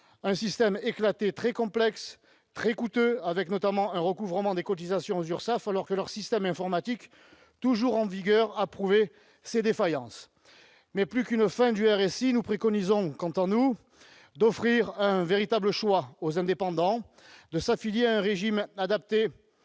Un système éclaté très complexe, très coûteux, avec notamment un recouvrement des cotisations URSSAF alors que leur système informatique toujours en vigueur a prouvé ses défaillances. Mais plus qu'une fin du RSI, nous préconisons quant à nous d'offrir un véritable choix aux indépendants de s'affilier à un régime adapté